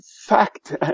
fact